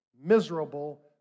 miserable